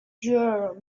durham